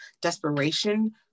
desperation